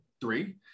three